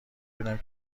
بودم